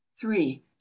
Three